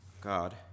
God